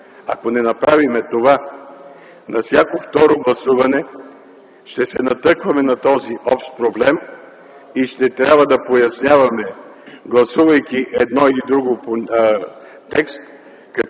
Ако не направим това, на всяко второ гласуване ще се натъкваме на този общ проблем и ще трябва да поясняваме, гласувайки един или друг текст,